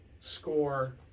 score